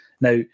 Now